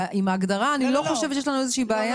כי אני לא חושבת שיש לנו איזושהי בעיה עם ההגדרה.